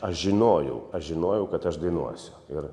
aš žinojau aš žinojau kad aš dainuosiu ir